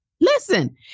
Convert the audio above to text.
Listen